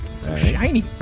shiny